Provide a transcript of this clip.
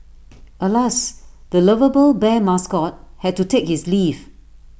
alas the lovable bear mascot had to take his leave